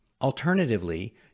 Alternatively